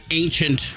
ancient